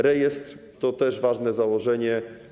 Rejestr to też ważne założenie.